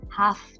half